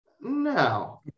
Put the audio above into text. No